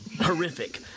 horrific